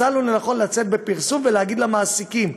מצאנו לנכון לצאת בפרסום ולהגיד למעסיקים: